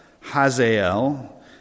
Hazael